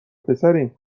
پسریم